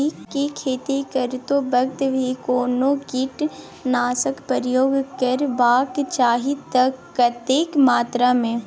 की खेत करैतो वक्त भी कोनो कीटनासक प्रयोग करबाक चाही त कतेक मात्रा में?